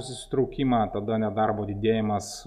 susitraukimą tada nedarbo didėjimas